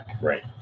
Right